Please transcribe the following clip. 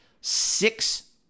six